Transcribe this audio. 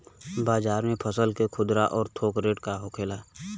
बाजार में फसल के खुदरा और थोक रेट का होखेला?